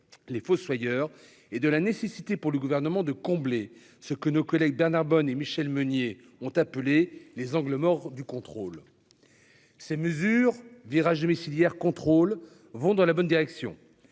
les fossoyeurs et de la nécessité pour le gouvernement de combler ce que nos collègues Bernard Bonnet et Michel Meunier ont appelé les angles morts du contrôle ces mesures virage domiciliaire contrôles vont dans la bonne direction,